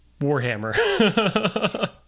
Warhammer